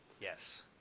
Yes